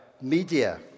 media